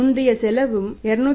முந்தைய செலவும் 231